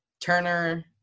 Turner